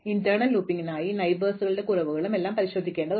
ആന്തരിക ലൂപ്പിനായി അയൽവാസികളും കുറവുകളും എല്ലാം പരിശോധിക്കേണ്ടതുണ്ട്